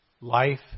Life